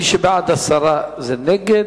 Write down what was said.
מי שבעד הסרה, זה נגד.